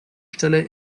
stelle